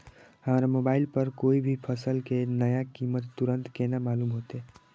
हमरा मोबाइल पर कोई भी फसल के नया कीमत तुरंत केना मालूम होते?